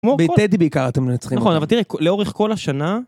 בטדי בעיקר, אתם מנצחים. נכון, אבל תראה, לאורך כל השנה...